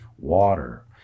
water